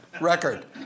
record